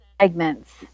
segments